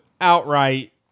outright